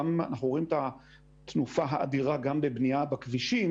אנחנו רואים את התנופה האדירה גם בבניה בכבישים